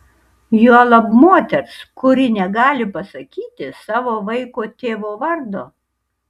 juolab moters kuri negali pasakyti savo vaiko tėvo vardo